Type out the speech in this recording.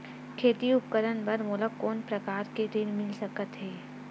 खेती उपकरण बर मोला कोनो प्रकार के ऋण मिल सकथे का?